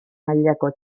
mailako